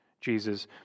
Jesus